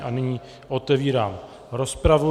A nyní otevírám rozpravu.